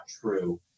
true